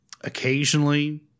occasionally